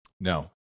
no